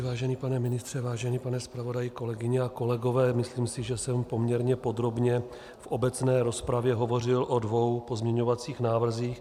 Vážený pane ministře, vážený pane zpravodaji, kolegyně a kolegové, myslím si, že jsem poměrně podrobně v obecné rozpravě hovořil o dvou pozměňovacích návrzích.